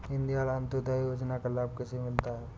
दीनदयाल अंत्योदय योजना का लाभ किसे मिलता है?